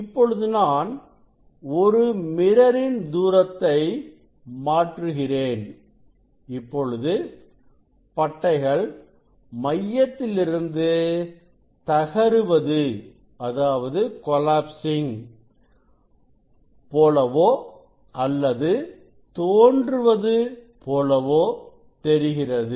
இப்பொழுது நான் ஒரு மிரரின் தூரத்தை மாற்றுகிறேன் இப்பொழுது பட்டைகள் மையத்திலிருந்து தகருவது போலவோ அல்லது தோன்றுவது போலவோ தெரிகிறது